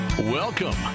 Welcome